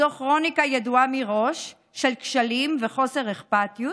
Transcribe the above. זו כרוניקה ידועה מראש של כשלים וחוסר אכפתיות,